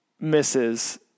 misses